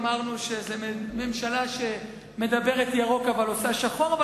אמרנו שזו ממשלה שמדברת ירוק אבל עושה שחור.